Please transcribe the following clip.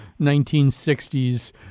1960s